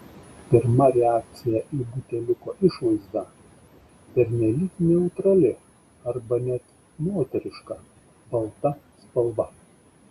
pirma reakcija į buteliuko išvaizdą pernelyg neutrali arba net moteriška balta spalva